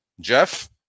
Jeff